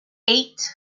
eight